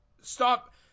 stop